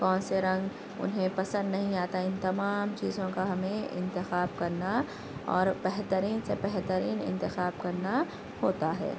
کون سے رنگ انہیں پسند نہیں آتا ہے ان تمام چیزوں کا ہمیں انتخاب کرنا اور بہترین سے بہترین انتخاب کرنا ہوتا ہے